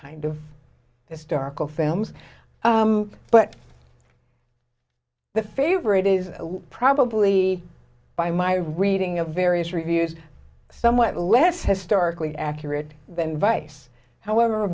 kind of historical fams but the favorite is probably by my reading of various reviews somewhat less historically accurate than vice however